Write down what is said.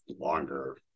longer